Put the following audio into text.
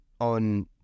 on